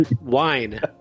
wine